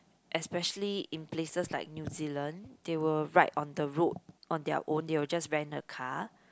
especially in places like New Zealand they will ride on the road on their own they will just rent a car